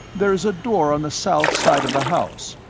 there is a door on the south side of the house,